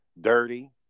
Dirty